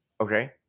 Okay